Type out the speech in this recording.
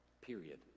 Period